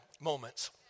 moments